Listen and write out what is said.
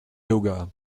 yoga